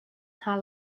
hna